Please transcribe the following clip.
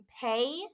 pay